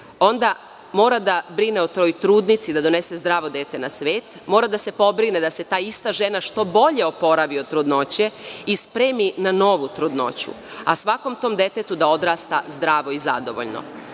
Onda mora da brine o toj trudnici da donese zdravo dete na svet. Mora da se pobrine da se ta ista žena što bolje oporavi od trudnoće i spremi na novu trudnoću, a svakom tom detetu da odrasta zdravo i zadovoljno. Ovaj